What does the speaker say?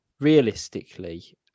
Realistically